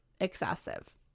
excessive